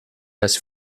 das